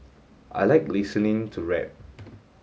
I like listening to rap